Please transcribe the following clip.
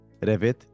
Revit